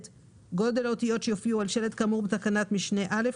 גודל האותיות שיופיעו על שלט כאמור בתקנת משנה (א)